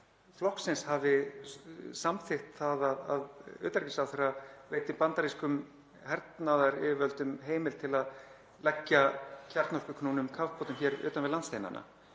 flokksins hafi samþykkt það að utanríkisráðherra veitti bandarískum hernaðaryfirvöldum heimild til að leggja kjarnorkuknúnum kafbátum utan við landsteinana.